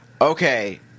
okay